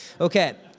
Okay